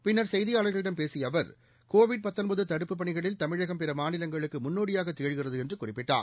பின்னர் செய்தியாளர்களிடம் பேசிய அவர் கோவிட் தடுப்புப் பணிகளில் தமிழகம் பிற மாநிலங்களுக்கு முன்னோடியாக திகழ்கிறது என்று குறிப்பிட்டார்